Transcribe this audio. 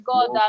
God